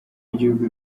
y’igihugu